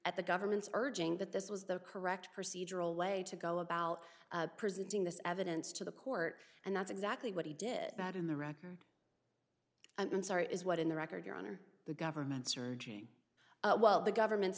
at the government's urging that this was the correct procedural way to go about presenting this evidence to the court and that's exactly what he did that in the record i'm sorry is what in the record your honor the government's arranging while the government's